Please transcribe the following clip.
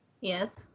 Yes